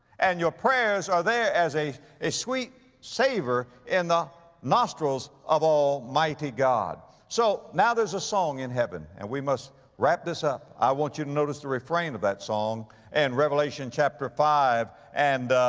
and your prayers are there as a, a sweet savor in the nostrils of almighty god. so, now there's a song in heaven. and we must wrap this up. i want you to notice the refrain of that song in and revelation chapter five and,